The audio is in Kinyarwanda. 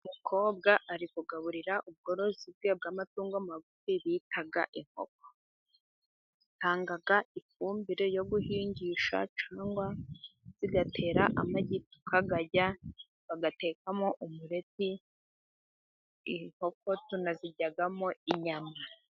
Umukobwa ari kugaburira ubworozi bwe bw'amatungo magufi, bita inkoko zitanga ifumbire yo guhingisha cyangwa zigatera amagi tukayarya bagatekamo umureti, inkoko tunaziryamo inyama.